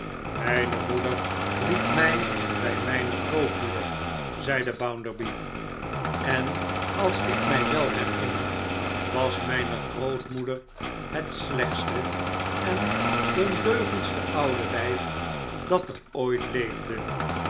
mijne moeder liet mij bij mijnegrootmoeder zeide bounderby en als ik mij wel herinner was myne grootmoeder het slechtste en ondeugendste oude wijf dat er ooit leefde